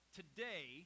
today